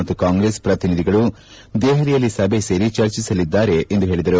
ಮತ್ತು ಕಾಂಗ್ರೆಸ್ ಪ್ರತಿನಿಧಿಗಳು ದೆಹಲಿಯಲ್ಲಿ ಸಭೆ ಸೇರಿ ಚರ್ಚಿಸಲಿದ್ದಾರೆ ಎಂದು ಹೇಳಿದರು